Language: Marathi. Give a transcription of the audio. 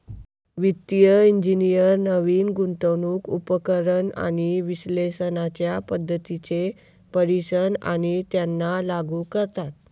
वित्तिय इंजिनियर नवीन गुंतवणूक उपकरण आणि विश्लेषणाच्या पद्धतींचे परीक्षण आणि त्यांना लागू करतात